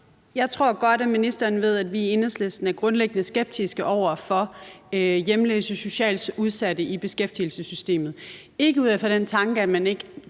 Jeg tror godt, ministeren ved, at vi i Enhedslisten er grundlæggende skeptiske over for at have hjemløse og socialt udsatte i beskæftigelsessystemet, ikke ud fra den tanke, at man ikke